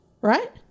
right